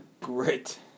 Great